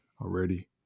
already